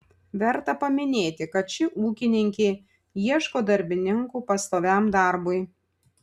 verta paminėti kad ši ūkininkė ieško darbininkų pastoviam darbui